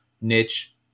niche